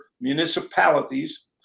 municipalities